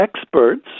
experts